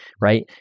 Right